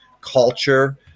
culture